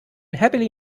happily